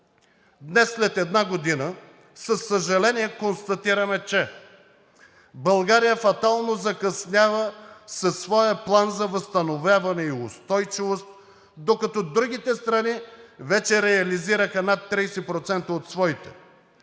Днес, след една година, със съжаление констатираме, че България фатално закъснява със своя План за възстановяване и устойчивост, докато другите страни вече реализираха над 30% от своите.